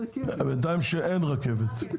בינתיים אין רכבת.